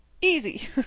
easy